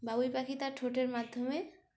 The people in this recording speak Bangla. বাবুই পাখি তার ঠোঁটের মাধ্যমে